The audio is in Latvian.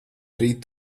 rīt